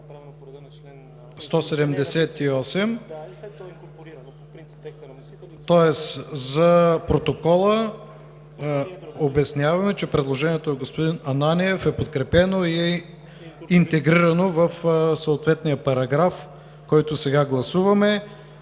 За протокола обясняваме, че предложението на господин Ананиев е подкрепено и интегрирано в съответния параграф, който сега гласуваме,